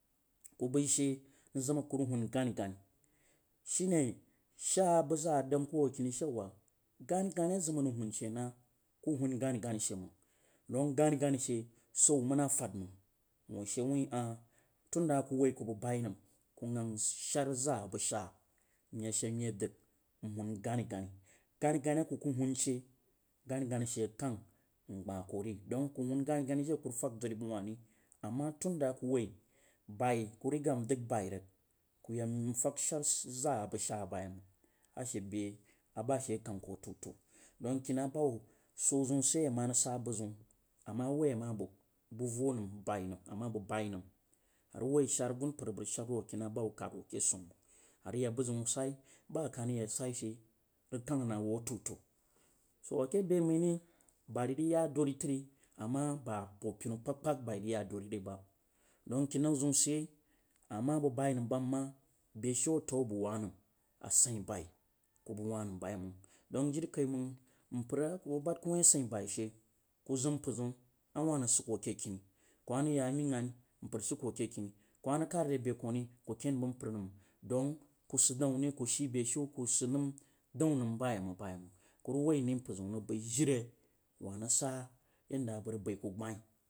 Ku bia hse ki zim a ku rag hun ganigani sji ne shiwa bag zaa dang ku kinishewa ganigania zina a rag hunshe nal ku hun gonisani she mang dong dong gani ganishe swo wu mən hah fad mang wunshe wuin ah tunda aku woi ku bəg boi nam ah ku gans shar za bəg sha, nye dagn hun ganigani ganigani a ku hunshe ganigani she keng ngah kori jiri aku rəg dong ku hun ganigani jiri a llu rəg ku fag dori ri ama tun da aku woi fag baiku riga n dog bai rag, ku yak m shar za bəg sha buyei mang buke kang ku atəutəu kina ba hub swo zain sidyei, ama varg su ba zaun ama bag su vo nəm bai nam ama bag bai nəm arag woi sha asumpar a bəg rag she woi kihna bahuib wo ke suh mang arag ya bazjunsai ba rogya suishe ra kong na wu a tautau, so ake be məiri sa ragya dori tori ama abo pinu kpag kpag boi rag ya dori re ba, dong kinmnuu ma ama bag bai nam bayeimang beshiu a taou a bag wah nam bayemang beshiu a t ou a bag wah nəm kubag wah nambayei nam don jiri kaimang mpar bad ku wai asain bai she ku zim mbar zau a wah vag mii ghanimpra sid ko ake kin, kuma rag kad re nai ku ken bag mpər nəm. Dan nəm bayeimanf bayeimang ku rag woi ndi mpa zaun rag bəi jiri wah rag sai yanda alabg baiku gbain.